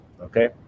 Okay